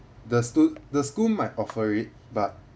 the school the school might offer it but